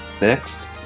Next